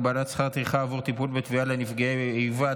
הגבלת שכר טרחה עבור טיפול בתביעה לנפגעי איבה),